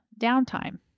downtime